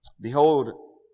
Behold